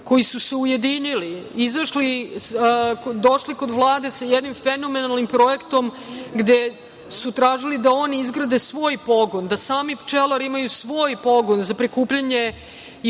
koji su se ujedinili, izašli, došli kod Vlade sa jednim fenomenalnim projektom gde su tražili da oni izgrade svoj pogon, da sami pčelari imaju svoj pogon za prikupljanje i